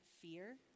fear